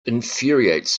infuriates